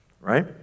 right